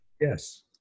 Yes